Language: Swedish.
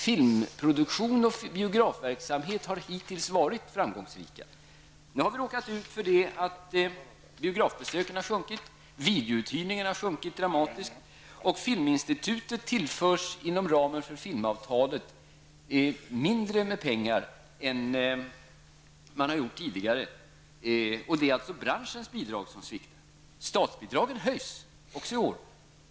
Filmproduktion och biografverksamhet har hittills varit framgångsrika. Nu har vi råkat ut för det att antalet biografbesök har sjunkit och att videouthyrningen har minskat dramatiskt. Filminstitutet tillförs inom ramen för filmavtalet mer pengar än tidigare. Det är alltså branschens bidrag som sviktar. Statsbidragen höjs också i år.